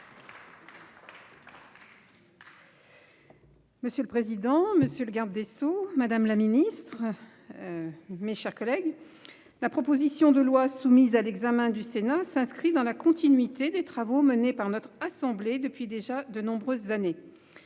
Monsieur le président, monsieur le garde des sceaux, madame la ministre, mes chers collègues, la proposition de loi soumise à l'examen du Sénat s'inscrit dans la continuité de l'action menée par notre assemblée depuis déjà de nombreuses années.